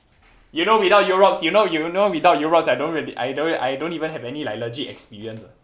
you know without UROS you know you know without UROS I don't really I don't I don't even have any like legit experience ah